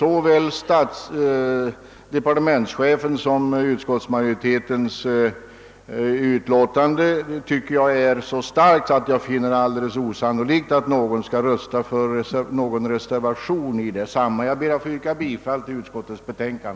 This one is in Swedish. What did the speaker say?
Såväl departementschefens uttalande som utskottets motivering för sitt ställningstagande finner jag vara så starka att jag anser det osannolikt att någon skulle rösta för någon av reservationerna. Jag ber, herr talman, att få yrka bifall till utskottets hemställan.